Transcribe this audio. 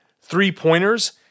three-pointers